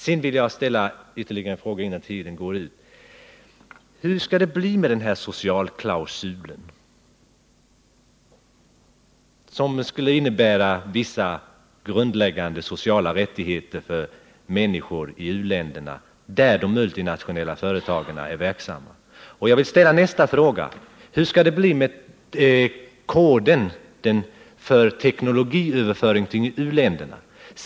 Jag vill slutligen ställa ytterligare ett par frågor: Hur skall det bli med denna socialklausul, som skulle innebära vissa grundläggande sociala rättigheter för människor i u-länder, där de multinationella företagen är verksamma? Hur skall det bli med koden för teknologisk överföring till u-länder?